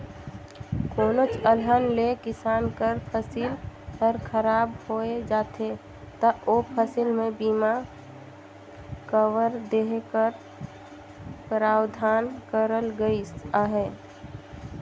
कोनोच अलहन ले किसान कर फसिल हर खराब होए जाथे ता ओ फसिल में बीमा कवर देहे कर परावधान करल गइस अहे